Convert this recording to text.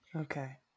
Okay